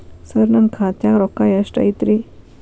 ಸರ ನನ್ನ ಖಾತ್ಯಾಗ ರೊಕ್ಕ ಎಷ್ಟು ಐತಿರಿ?